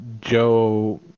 Joe